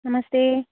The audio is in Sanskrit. नमस्ते